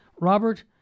Robert